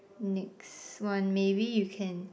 next one maybe you can